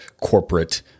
corporate